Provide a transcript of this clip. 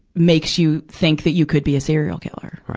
makes you think that you could be a serial killer.